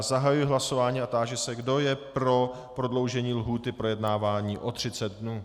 Zahajuji hlasování a táži se, kdo je pro prodloužení lhůty projednávání o 30 dnů.